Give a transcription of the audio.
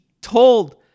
told